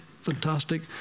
Fantastic